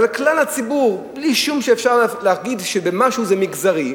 אלא על כלל הציבור בלי שאפשר להגיד שבמשהו זה מגזרי.